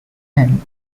end